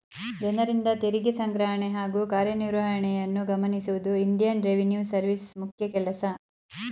ಜನರಿಂದ ತೆರಿಗೆ ಸಂಗ್ರಹಣೆ ಹಾಗೂ ಕಾರ್ಯನಿರ್ವಹಣೆಯನ್ನು ಗಮನಿಸುವುದು ಇಂಡಿಯನ್ ರೆವಿನ್ಯೂ ಸರ್ವಿಸ್ ಮುಖ್ಯ ಕೆಲಸ